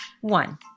one